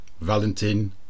Valentin